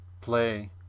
play